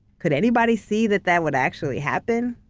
could anybody see that that would actually happen?